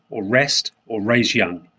or rest, or raise young,